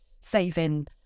saving